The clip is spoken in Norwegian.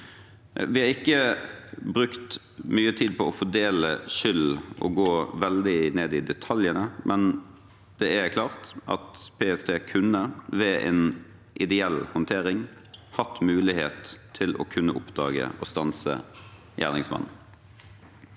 Vi har ikke brukt mye tid på å fordele skyld og gå veldig ned i detaljene, men det er klart at PST kunne – ved en ideell håndtering – hatt mulighet til å kunne oppdage og stanse gjerningsmannen.